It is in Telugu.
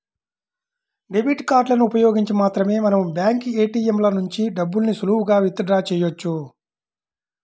డెబిట్ కార్డులను ఉపయోగించి మాత్రమే మనం బ్యాంకు ఏ.టీ.యం ల నుంచి డబ్బుల్ని సులువుగా విత్ డ్రా చెయ్యొచ్చు